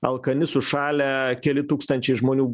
alkani sušalę keli tūkstančiai žmonių